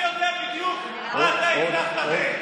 אני יודע בדיוק מה אתה הבטחת בחדר סגור להרבה מאוד אנשים.